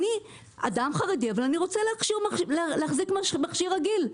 אני אדם חרדי אבל אני רוצה להחזיק מכשיר רגיל.